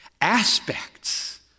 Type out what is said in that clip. aspects